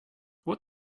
what